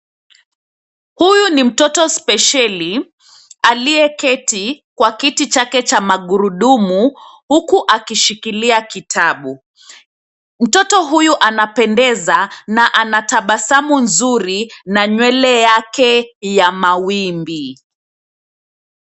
Huyu ni mtoto spesheli aliyeketi kwa kiti chake cha magurudumu huku akishikilia kitabu. Mtoto huyu anapendeza na anatabasamu nzuri na nywele yake ya mawimbi.